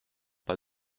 pas